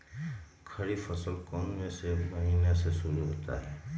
खरीफ फसल कौन में से महीने से शुरू होता है?